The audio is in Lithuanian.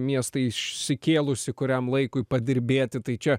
miestą išsikėlusi kuriam laikui padirbėti tai čia